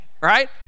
right